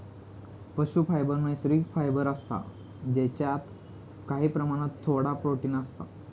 पशू फायबर नैसर्गिक फायबर असता जेच्यात काही प्रमाणात थोडा प्रोटिन असता